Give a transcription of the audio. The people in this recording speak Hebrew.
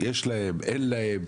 יש להם או אין להם,